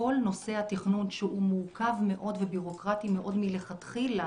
כל נושא התכנון שהוא מורכב מאוד ובירוקרטי מאוד מלכתחילה